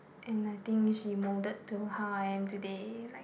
and I think she molded to how I am today like